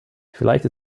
vielleicht